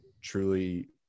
truly